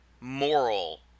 moral